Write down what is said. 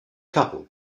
couple